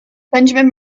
benjamin